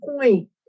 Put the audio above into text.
point